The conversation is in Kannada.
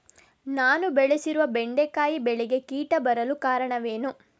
ನಾನು ಬೆಳೆಸಿರುವ ಬೆಂಡೆಕಾಯಿ ಬೆಳೆಗೆ ಕೀಟ ಬರಲು ಕಾರಣವೇನು?